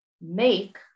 make